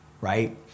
right